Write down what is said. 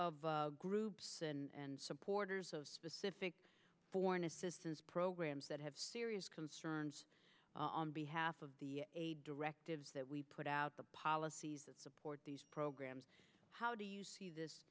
of groups and supporters of specific foreign assistance programs that have serious concerns on behalf of the aid directives that we put out the policies that support these programs how do you